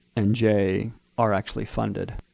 and j are actually funded.